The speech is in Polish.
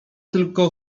tylko